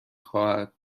خواهد